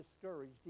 discouraged